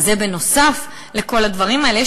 וזה נוסף על כל הדברים האלה.